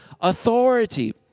authority